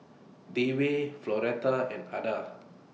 Dewey Floretta and Adda